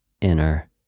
inner